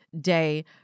day